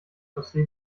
chaussee